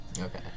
Okay